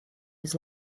his